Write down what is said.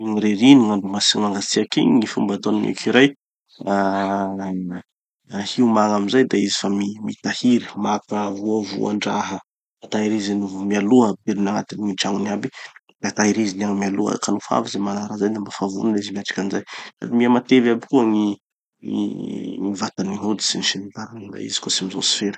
Gny ririny gn'andro manga- mangatsiaky igny, gny fomba ataon'ny gn'écureuils ah hiomagna amizay da izy fa mitahiry, maka voavoandraha, fa tahiriziny mialoha, ampidiriny agnaty tragnony aby. Da tahiriziny agny mialoha ka nofa avy ze manara zay dafa vonona izy miatriky anizay. Sady mihamatevy aby koa gny gny vatany gny hoditriny sy ny tariny. Da izy koa tsy mijotso firy.